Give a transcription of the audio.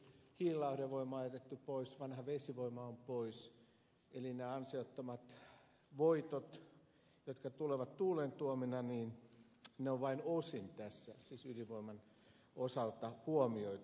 hiililauhdevoima on jätetty pois vanha vesivoima on jätetty pois eli nämä ansiottomat voitot jotka tulevat tuulen tuomina on vain osin tässä siis ydinvoiman osalta huomioitu